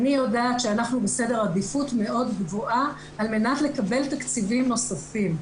אני יודעת שאנחנו בסדר עדיפות מאוד גבוה על מנת לקבל תקציבים נוספים.